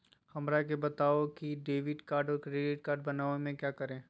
हमरा के बताओ की डेबिट कार्ड और क्रेडिट कार्ड बनवाने में क्या करें?